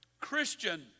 Christian